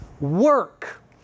work